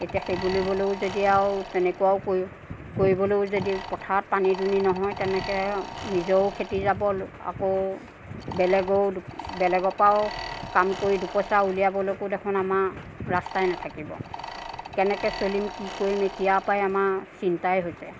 এতিয়া সেই বুলিবলৈও যদি আৰু তেতিয়া আৰু তেনেকুৱাও কৰি কৰিবলৈও যদি পথাৰত পানী দুনি নহয় তেনেকৈ নিজৰো খেতি যাব আকৌ বেলেগৰো বেলেগৰ পৰাও কাম কৰি দুপইচা উলিয়াবলৈ একো দেখোন আমাৰ ৰাস্তাই নাথাকিব কেনেকৈ চলিম কি কৰিম এতিয়াৰ পৰাই আমাৰ চিন্তাই হৈছে